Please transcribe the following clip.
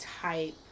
type